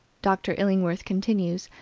dr. illingworth continues,